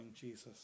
Jesus